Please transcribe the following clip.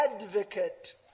advocate